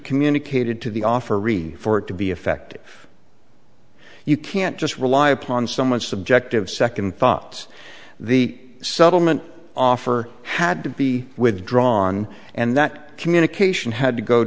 communicated to the offer read for it to be effective you can't just rely upon someone subjective second thoughts the settlement offer had to be withdrawn and that communication had to go